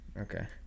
Okay